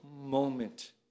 moment